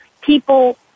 people